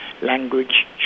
language